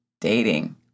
dating